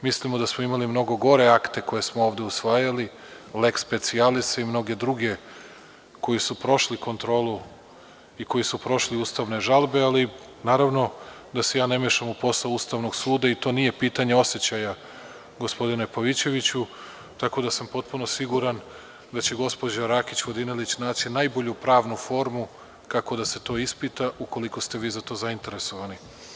Mislimo da smo imali mnogo gore akte koje smo ovde usvajali „leks specialise“ i mnoge druge koji su prošli kontrolu i koji su prošli ustavne žalbe, ali naravno da se ja ne mešam u poslove Ustavnog suda i to nije pitanje osećaja gospodine Pavićeviću, tako da sam potpuno siguran da će gospođa Rakić Vodinelić naći najbolju pravnu formu kako da se to ispita, ukoliko ste vi za to zainteresovani.